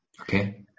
okay